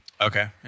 Okay